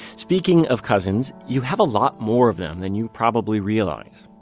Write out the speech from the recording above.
speaking of cousins, you have a lot more of them than you probably realize.